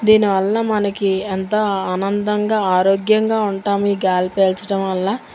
దీని వలన మనకి ఎంతో ఆనందంగా ఆరోగ్యంగా ఉంటాం ఈ గాలి పీల్చడం వల్ల